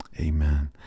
amen